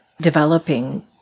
developing